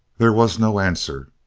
there was no answer.